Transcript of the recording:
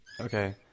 Okay